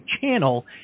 channel